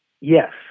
Yes